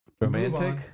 Romantic